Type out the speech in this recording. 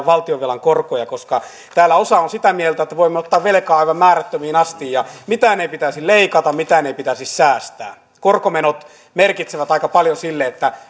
valtionvelan korkoja koska täällä osa on sitä mieltä että voimme ottaa velkaa aivan määrättömiin asti ja mitään ei pitäisi leikata mitään ei pitäisi säästää korkomenot merkitsevät aika paljon sille